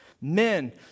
Men